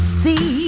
see